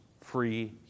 free